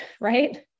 right